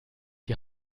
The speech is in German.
die